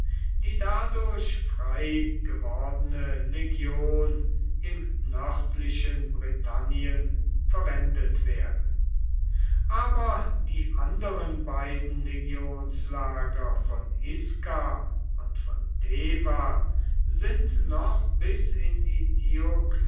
die dadurch frei gewordene legion im nördlichen britannien verwendet werden aber die anderen beiden legionslager von isca und von deva sind noch bis in die